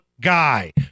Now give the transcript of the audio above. guy